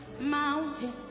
mountain